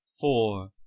Four